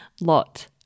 lot